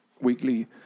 weekly